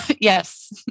yes